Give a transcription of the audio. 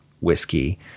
whiskey